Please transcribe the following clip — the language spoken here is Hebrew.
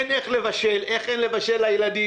אין איך לבשל לילדים,